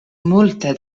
multe